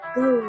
go